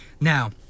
now